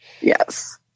Yes